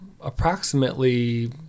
approximately